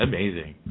Amazing